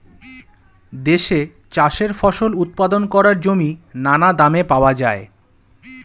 দেশে চাষের ফসল উৎপাদন করার জমি নানা দামে পাওয়া যায়